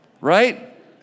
Right